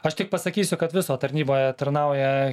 aš tik pasakysiu kad viso tarnyboje tarnauja